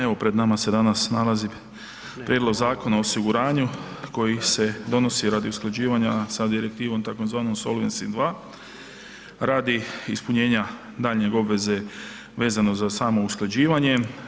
Evo, pred nama se danas nalazi prijedlog zakona o osiguranju koji se donosi radi usklađivanja sa direktivom, tzv. Solvency II, radi ispunjenja daljnje obveze vezano za samo usklađivanje.